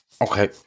okay